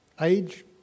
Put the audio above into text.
Age